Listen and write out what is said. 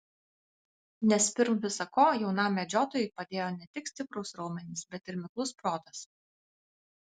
nes pirm visa ko jaunam medžiotojui padėjo ne tik stiprūs raumenys bet ir miklus protas